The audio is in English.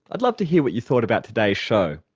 i'd love to hear what you thought about today's show.